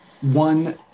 One